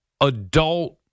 adult